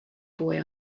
boy